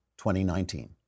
2019